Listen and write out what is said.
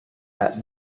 tak